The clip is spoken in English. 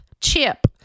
Chip